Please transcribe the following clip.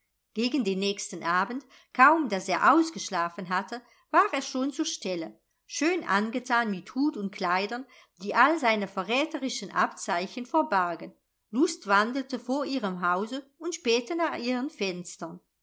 gegen den nächsten abend kaum daß er ausgeschlafen hatte war er schon zur stelle schön angetan mit hut und kleidern die all seine verräterischen abzeichen verbargen lustwandelte vor ihrem hause und spähte nach ihren fenstern